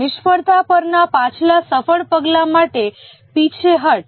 નિષ્ફળતા પરના પાછલા સફળ પગલા માટે પીછેહઠ